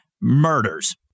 murders